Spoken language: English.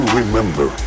remember